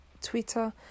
Twitter